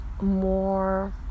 more